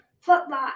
football